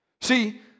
See